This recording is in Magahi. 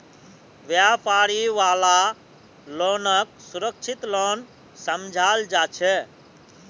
व्यापारी वाला लोनक सुरक्षित लोन समझाल जा छे